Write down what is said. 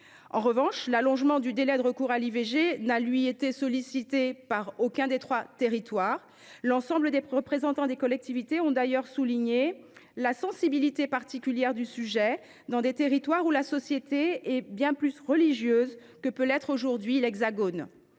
En revanche, l’allongement du délai de recours à l’IVG n’a, lui, été sollicité par aucun des trois territoires. L’ensemble des représentants des collectivités ont d’ailleurs souligné la sensibilité particulière du sujet, dans des territoires où la société est bien plus religieuse que dans l’Hexagone.